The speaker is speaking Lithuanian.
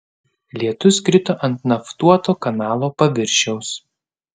lietus krito ant naftuoto kanalo paviršiaus